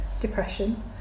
depression